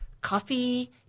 coffee